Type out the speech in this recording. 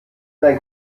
dein